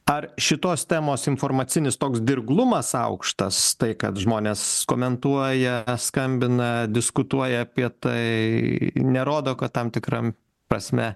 ar šitos temos informacinis toks dirglumas aukštas tai kad žmonės komentuoja skambina diskutuoja apie tai nerodo kad tam tikra prasme